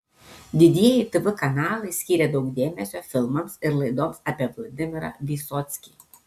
didieji tv kanalai skyrė daug dėmesio filmams ir laidoms apie vladimirą vysockį